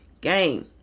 game